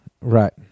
Right